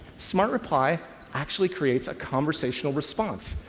smart reply actually creates a conversational response,